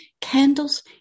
candles